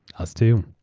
us, too.